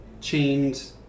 chained